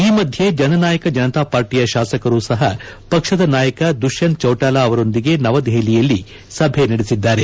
ಈ ಮಧ್ವೆ ಜನನಾಯಕ ಜನತಾಪಾರ್ಟಿಯ ಶಾಸಕರೂ ಸಹ ಪಕ್ಷದ ನಾಯಕ ದುಷ್ಟಂತ್ ಚೌಟಾಲಾ ಅವರೊಂದಿಗೆ ನವದೆಹಲಿಯಲ್ಲಿ ಸಭೆ ನಡೆಸಿದ್ದಾರೆ